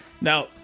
Now